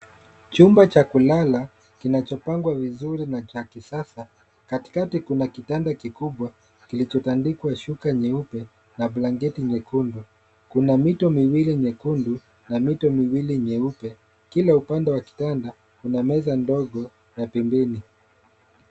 Chumba cha kulala, kinachopangwa vizuri na cha kisasa. Katikati kuna kitanda kikubwa, kilichotandikwa shuka nyeupe, na blanketi nyekundu. Kuna mito miwili myekundu na mito miwili myeupe. Kila upande wa kitanda, kuna meza ndogo la pembeni.